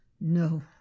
No